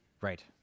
Right